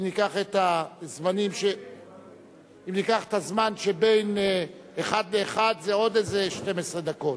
אם ניקח את הזמן שבין אחד לאחד זה עוד איזה 12 דקות,